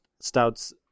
stouts